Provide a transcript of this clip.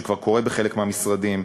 שכבר קורה בחלק מהמשרדים,